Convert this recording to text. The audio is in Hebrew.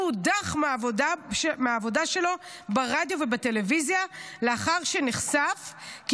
הוא הודח מהעבודה שלו ברדיו ובטלוויזיה לאחר שנחשף כי